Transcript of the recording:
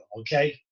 okay